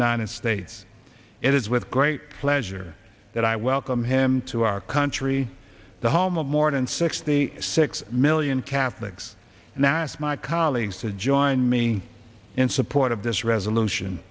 united states it is with great pleasure that i welcome him to our country the home of more than sixty six million catholics and that's my colleagues to join me in support of this resolution